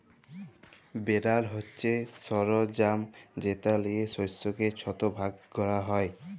বেলার হছে সরলজাম যেট লিয়ে শস্যকে ছট ভাগ ক্যরা হ্যয়